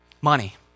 money